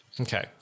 Okay